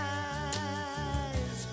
eyes